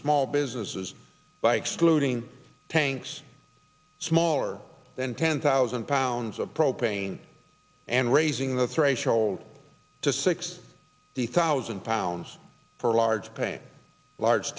small businesses by excluding tanks smaller than ten thousand pounds of propane and raising the threshold to six thousand pounds for a large pane large